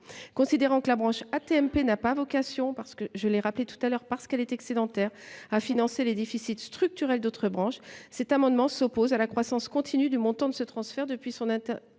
Considérant que la branche AT MP n’a pas vocation, au prétexte qu’elle est excédentaire, à financer les déficits structurels d’autres branches, la commission s’oppose à la croissance continue du montant de ce transfert depuis son instauration